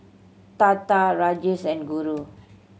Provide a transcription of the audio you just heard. Tata Rajesh and Guru